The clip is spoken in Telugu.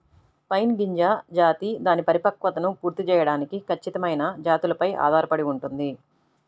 పైన్ గింజ జాతి దాని పరిపక్వతను పూర్తి చేయడానికి ఖచ్చితమైన జాతులపై ఆధారపడి ఉంటుంది